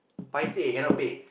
paiseh cannot pay